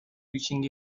reaching